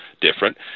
different